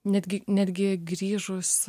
netgi netgi grįžus